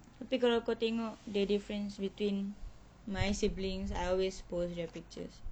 tapi kalau kau tengok the difference between my sibilings I always post their pictures